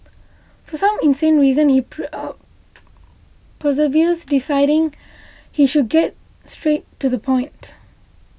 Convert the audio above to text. but for some insane reason he perseveres deciding he should get straight to the point